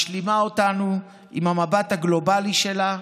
משלימה אותנו עם המבט הגלובלי שלה,